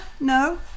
no